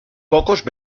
pocos